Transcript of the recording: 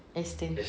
astons